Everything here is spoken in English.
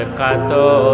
kato